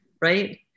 right